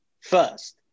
first